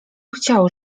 chciał